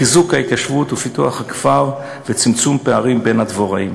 חיזוק ההתיישבות ופיתוח הכפר וצמצום פערים בין הדבוראים.